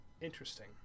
Interesting